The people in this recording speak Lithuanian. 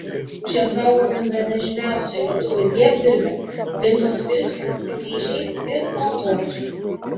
čia saugomi bene žymiausio lietuvių dievdirbio vinco svirskio kryžiai ir altorius